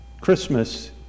Christmas